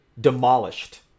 demolished